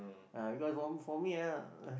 ah because for for me ah